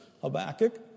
Habakkuk